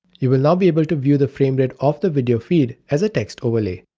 you will now be able to view the framerate of the video feed as a text overlay.